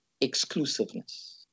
exclusiveness